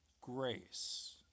grace